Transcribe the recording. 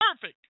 perfect